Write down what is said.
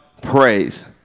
praise